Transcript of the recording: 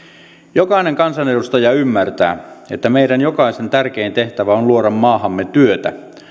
jokainen kansanedustaja ymmärtää että meidän jokaisen tärkein tehtävä on luoda maahamme työtä